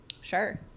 Sure